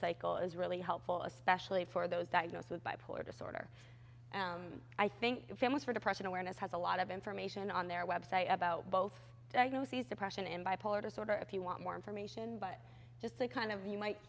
cycle is really helpful especially for those diagnosed with bipolar disorder i think families for depression awareness has a lot of information on their website about both diagnoses depression and bipolar disorder if you want more information but just to kind of you might